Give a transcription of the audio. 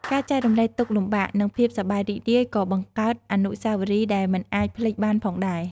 ការចែករំលែកទុក្ខលំបាក និងភាពសប្បាយរីករាយក៏បង្កើតអនុស្សាវរីយ៍ដែលមិនអាចភ្លេចបានផងដែរ។